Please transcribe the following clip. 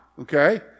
okay